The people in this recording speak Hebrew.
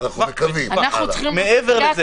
מעבר לזה,